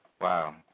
Wow